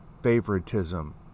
favoritism